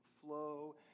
flow